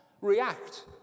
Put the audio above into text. react